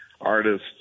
artists